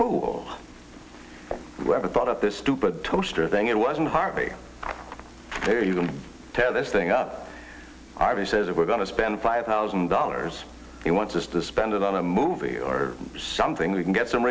fool who ever thought of this stupid toaster thing it wasn't harvey here you can tell this thing up our he says we're going to spend five thousand dollars he wants us to spend it on a movie or something we can get some